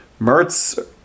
Mertz